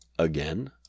again